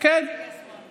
איזה נציגי שמאל?